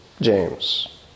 James